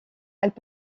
elles